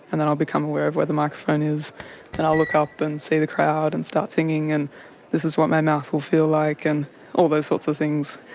and then i'll become aware of where the microphone is and i'll look up and see the crowd and start singing, and this is what my mouth will feel like, and all those sorts of things.